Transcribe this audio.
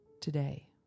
Today